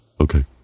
Okay